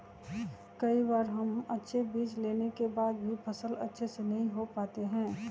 कई बार हम अच्छे बीज लेने के बाद भी फसल अच्छे से नहीं हो पाते हैं?